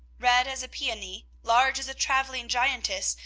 red as a peony, large as a travelling giantess,